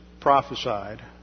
prophesied